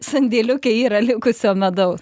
sandėliuke yra likusio medaus